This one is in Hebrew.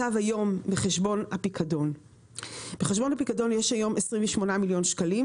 בחשבון הפיקדון יש היום 28 מיליון שקלים,